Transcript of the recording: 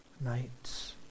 nights